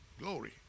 Glory